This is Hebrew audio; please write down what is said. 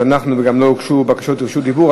וגם לא הוגשו בקשות רשות דיבור.